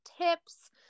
tips